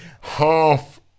half